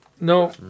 No